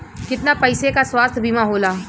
कितना पैसे का स्वास्थ्य बीमा होला?